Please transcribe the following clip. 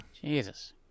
Jesus